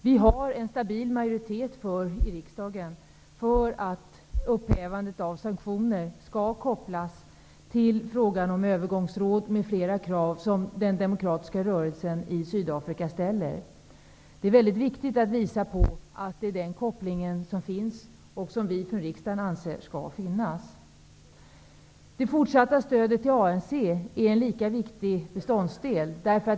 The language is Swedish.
Vi har en stabil majoritet i riksdagen för att upphävandet av sanktioner skall kopplas till inrättandet av ett övergångsråd m.fl. krav som den demokratiska rörelsen i Sydafrika ställer. Det är mycket viktigt att visa på att den kopplingen finns och att vi i riksdagen anser att den skall finnas. Det fortsatta stödet till ANC är en lika viktig beståndsdel.